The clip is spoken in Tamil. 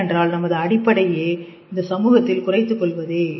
ஏனென்றால் நமது அடிப்படையே இந்த சமூகத்தில் குறைத்துக் கொள்வதே